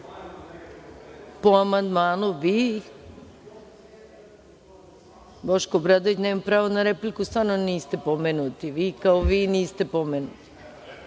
Hvala. Boško Obradović, nemate pravo na repliku, stvarno niste pomenuti. Vi kao vi niste pomenuti.